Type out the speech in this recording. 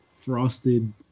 frosted